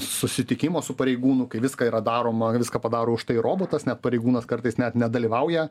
susitikimo su pareigūnu kai viską yra daroma viską padaro už tai robotas net pareigūnas kartais net nedalyvauja